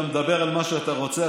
אתה מדבר על מה שאתה רוצה.